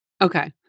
Okay